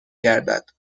گردد